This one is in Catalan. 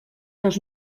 dos